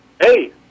hey